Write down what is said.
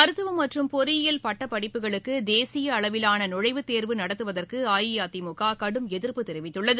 மருத்துவம் மற்றும் பொறியியல் பட்டப்படிப்புகளுக்குதேசியஅளவிலானநுழைவுத் தேர்வு நடத்துவதற்குஅஇஅதிமுககடும் எதிர்ப்பு தெரிவித்துள்ளது